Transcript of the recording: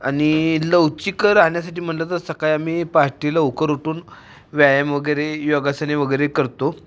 आणि लवचिक राहण्यासाठी म्हटलं तर सकाळी आम्ही पाहटे लवकर उठून व्यायाम वगैरे योगासने वगैरे करतो